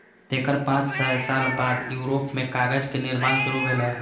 तेकर पांच सय साल बाद यूरोप मे कागज के निर्माण शुरू भेलै